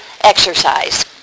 exercise